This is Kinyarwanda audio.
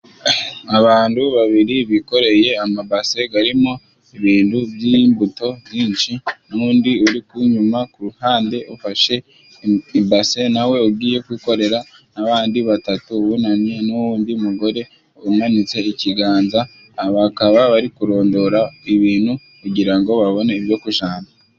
Abantu babiri bikoreye amabase garimo ibintu by'imbuto nyinshi. N'undi uri kunyuma ku ruhande ufashe ibase nawe ugiye kwikorera n'abandi batatu bunamye, n'uwundi mugore umanitse ikiganza, aba bakaba bari kurondora ibintu kugira ngo babone ibyo kujana.